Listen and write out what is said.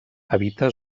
habita